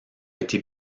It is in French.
été